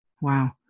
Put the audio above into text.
Wow